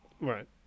Right